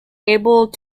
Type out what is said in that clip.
able